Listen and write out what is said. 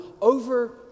over